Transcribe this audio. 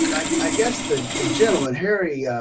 i guess the the gentleman harry,